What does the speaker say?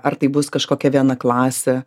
ar tai bus kažkokia viena klasė